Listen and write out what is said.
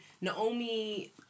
Naomi